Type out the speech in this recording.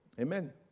Amen